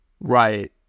Right